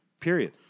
Period